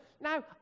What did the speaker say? Now